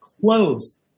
close